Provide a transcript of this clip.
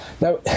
Now